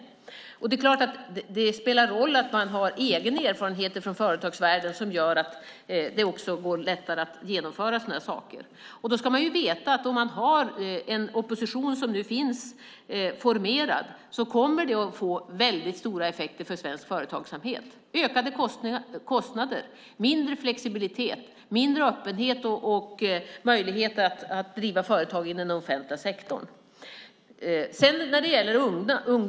Det är klart att det spelar roll att man har egen erfarenhet från företagsvärlden. Det gör att det går lättare att genomföra saker. Men man ska veta att det med den opposition som nu är formerad kommer att bli väldigt stora effekter för svensk företagsamhet i form av ökade kostnader, en mindre flexibilitet, en mindre öppenhet och mindre möjligheter att driva företag inom den offentliga sektorn.